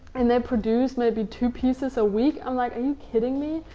and they produce maybe two pieces a week, i'm like, are you kidding me?